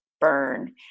burn